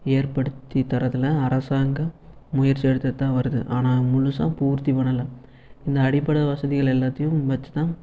ஏற்படுத்தி தரதில் அரசாங்கம் முயற்சி எடுத்துட்டு தான் வருது ஆனால் முழுசாக பூர்த்தி பண்ணலை இந்த அடிப்படை வசதிகள் எல்லாத்தையும் வச்சுதான்